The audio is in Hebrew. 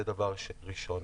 זה דבר ראשון.